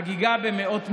חגיגה במאות מיליונים.